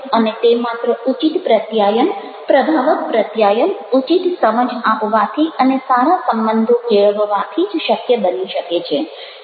અને તે માત્ર ઉચિત પ્રત્યાયન પ્રભાવક પ્રત્યાયન ઉચિત સમજ આપવાથી અને સારા સંબંધો કેળવવાથી જ શક્ય બની શકે છે